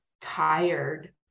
tired